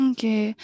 Okay